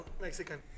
Mexican